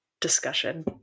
discussion